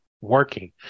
Working